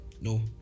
no